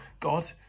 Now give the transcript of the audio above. God